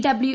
W